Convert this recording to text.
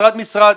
עוברים משרד-משרד,